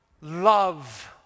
love